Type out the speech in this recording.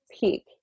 peak